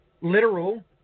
literal